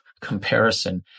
Comparison